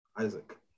Isaac